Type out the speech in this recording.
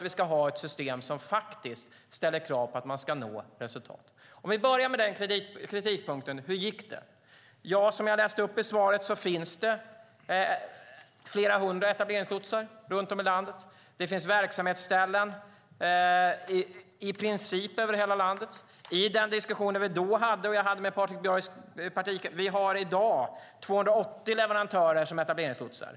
Vi ska ha ett system som ställer krav på att man ska nå resultat. Vi kan börja med den kritikpunkten. Hur gick det? Som jag läste upp i svaret finns det flera hundra etableringslotsar runt om i landet. Det finns verksamhetsställen i princip över hela landet. Det var den diskussion jag hade då med Patrik Björcks parti. I dag har vi 280 leverantörer som är etableringslotsar.